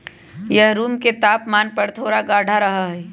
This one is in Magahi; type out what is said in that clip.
यह रूम के तापमान पर थोड़ा गाढ़ा रहा हई